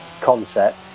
concept